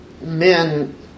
Men